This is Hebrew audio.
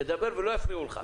תדבר ולא יפריעו לך.